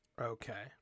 Okay